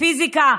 פיזיקה,